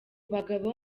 bagabo